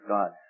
God